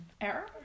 Error